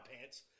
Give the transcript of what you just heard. pants